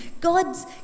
God's